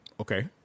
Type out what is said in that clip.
Okay